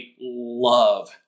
love